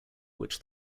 which